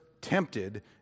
Tempted